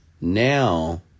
now